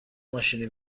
ماشینی